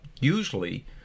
Usually